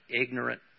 ignorant